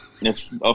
Yes